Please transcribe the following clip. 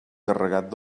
carregat